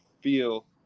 feel